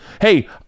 hey